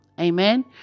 amen